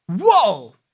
Whoa